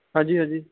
ਹਾਂਜੀ ਹਾਂਜੀ